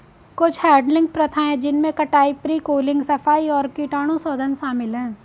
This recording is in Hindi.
कुछ हैडलिंग प्रथाएं जिनमें कटाई, प्री कूलिंग, सफाई और कीटाणुशोधन शामिल है